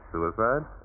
Suicide